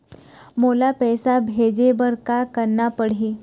मोला पैसा भेजे बर का करना पड़ही?